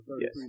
Yes